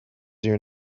your